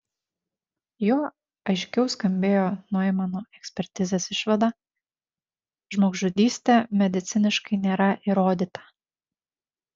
juo aiškiau skambėjo noimano ekspertizės išvada žmogžudystė mediciniškai nėra įrodyta